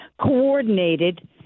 coordinated